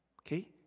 Okay